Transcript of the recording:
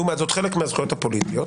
לעומת זאת, חלק מהזכויות הפוליטיות,